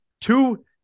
two